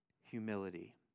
humility